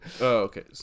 okay